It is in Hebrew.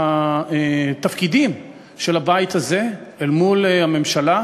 זכות שיבה לא תמומש על-ידי הפלסטינים אלא למדינת פלסטין,